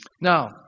Now